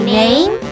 name